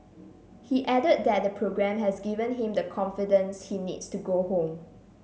he added that the programme has given him the confidence he needs to go home